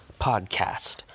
podcast